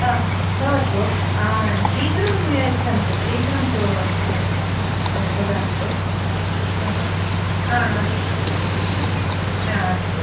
हा भवतु शीघ्रं यच्छन्तु शीघ्रं ददातु हा अस्तु अस्तु अस्तु